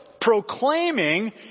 proclaiming